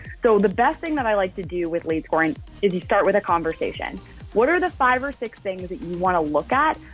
so the best thing that i like to do with lead pouring if you start with a conversation what are the five or six things that you want to look at?